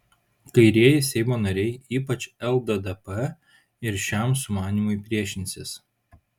kairieji seimo nariai ypač lddp ir šiam sumanymui priešinsis